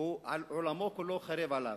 עולמו כולו חרב עליו.